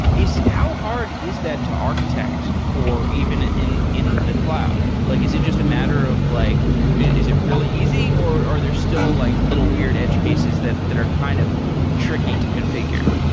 how hard is that to architect for even in in the cloud? like is it just a matter of like is it really easy, or are there still like little weird edge cases that that are kind of tricky to configure?